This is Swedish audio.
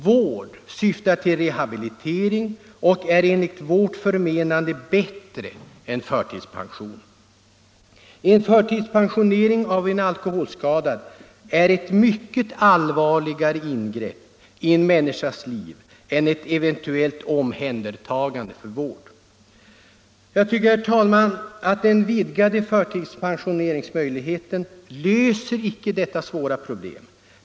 Vård syftar till rehabilitering och är enligt vårt förmenande bättre än förtidspension. En förtidspensionering av en alkoholskadad är ett mycket allvarligare ingrepp i den människans liv än ett eventuellt omhändertagande för vård. Jag tycker, herr talman, att den vidgade förtidspensioneringen icke löser detta svåra problem.